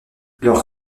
leurs